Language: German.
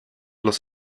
los